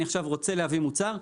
אם עכשיו אני רוצה להביא מוצר,